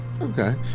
Okay